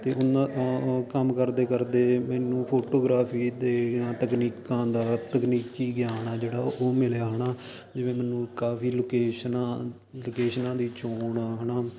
ਅਤੇ ਉਨ ਕੰਮ ਕਰਦੇ ਕਰਦੇ ਮੈਨੂੰ ਫੋਟੋਗ੍ਰਾਫੀ ਦੀਆਂ ਤਕਨੀਕਾਂ ਦਾ ਤਕਨੀਕੀ ਗਿਆਨ ਆ ਜਿਹੜਾ ਉਹ ਮਿਲਿਆ ਹੈ ਨਾ ਜਿਵੇਂ ਮੈਨੂੰ ਕਾਫੀ ਲੋਕੇਸ਼ਨਾ ਲੋਕੇਸ਼ਨਾਂ ਦੀ ਚੋਣ ਆ ਹੈ ਨਾ